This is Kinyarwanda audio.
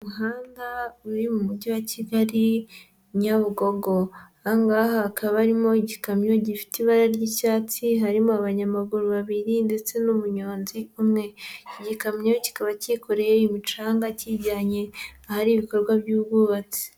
Umuhanda uri mu mujyi wa Kigali i Nyabugogo aha ngaha hakaba harimo igikamyo gifite ibara ry'icyatsi, harimo abanyamaguru babiri ndetse n'umunyonzi umwe, igikamyo kikaba cyikoreye imicanga kiyijyanye ahari ibikorwa by'ubwubatsi.